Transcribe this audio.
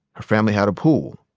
her family had a pool.